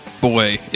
boy